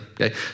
okay